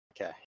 Okay